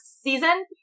season